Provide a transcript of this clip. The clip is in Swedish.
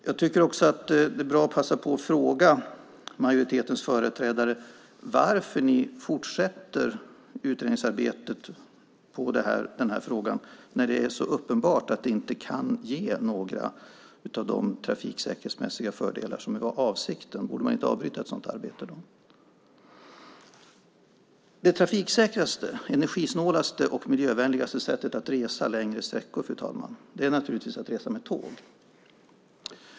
Jag vill passa på att fråga majoritetens företrädare varför ni fortsätter utredningsarbetet i den här frågan när det är så uppenbart att det inte kan ge några av de trafiksäkerhetsmässiga fördelar som var avsikten. Borde man inte avbryta ett sådant arbete? Det trafiksäkraste, energisnålaste och miljövänligaste sättet att resa längre sträckor, fru talman, är naturligtvis att resa med tåg.